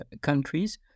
countries